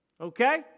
Okay